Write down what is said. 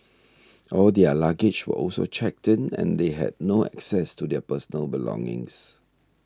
all their luggage were also checked in and they had no access to their personal belongings